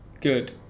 good